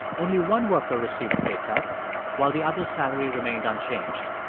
only one worker received the pay cut while the other salary remained unchanged.